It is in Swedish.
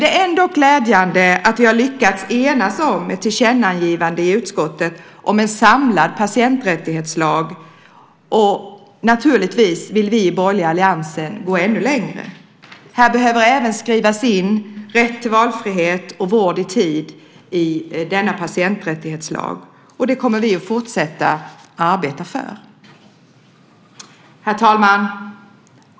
Det är ändå glädjande att vi i utskottet har lyckats enas om ett tillkännagivande om en samlad patienträttighetslag, och naturligtvis vill vi i den borgerliga alliansen gå ännu längre. I patienträttighetslagen behöver även skrivas in rätt till valfrihet och vård i tid. Det kommer vi att fortsätta arbeta för. Herr talman!